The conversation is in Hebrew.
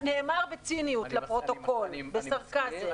נאמר בציניות לפרוטוקול, בסרקזם.